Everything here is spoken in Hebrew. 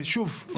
ושוב,